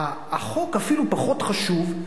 החוק אפילו פחות חשוב,